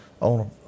on